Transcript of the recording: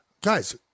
guys